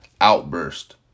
outburst